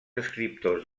escriptors